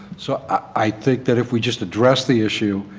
so i think that if we just address the issue,